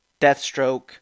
Deathstroke